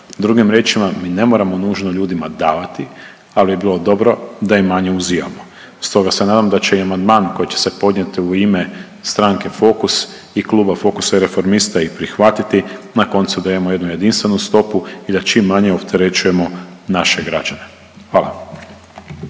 Drugim riječima, mi ne moramo nužno ljudima davati, ali bi bilo dobro da im manje uzimamo, stoga se nadam da će i amandman koji će se podnijeti u ime stranke Fokus i Kluba Fokusa i Reformista i prihvatiti, na koncu, da imamo jednu jedinstvenu stopu i da čim manje opterećujemo naše građane. Hvala.